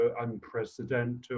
unprecedented